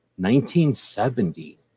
1970